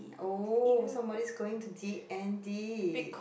oh somebody's going to D and D